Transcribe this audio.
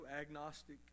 agnostic